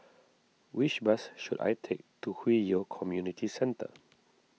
which bus should I take to Hwi Yoh Community Centre